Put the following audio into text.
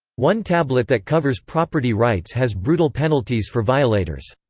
one tablet that covers property rights has brutal penalties for violators.